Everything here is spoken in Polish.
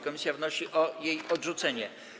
Komisja wnosi o jej odrzucenie.